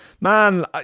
Man